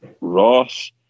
Ross